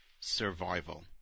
survival